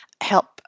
help